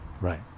Right